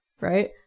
right